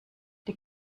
der